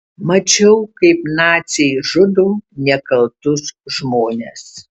mačiau kaip naciai žudo nekaltus žmones